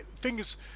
fingers